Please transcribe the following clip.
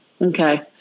Okay